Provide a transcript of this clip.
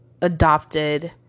adopted